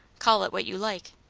call it what you like.